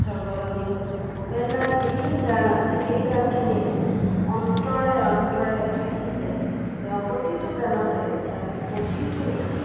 স্বৰ্গগামী হ'ল ভূপেনদাৰ যিখিনি গান আছে সেই গানখিনি অন্তৰে অন্তৰে ভাহি যায় তেওঁ প্ৰতিটো গানতে তেওঁ প্ৰতিটো